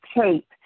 tape